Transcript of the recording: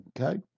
Okay